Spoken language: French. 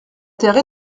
terre